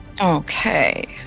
Okay